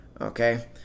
Okay